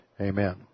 Amen